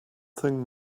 thing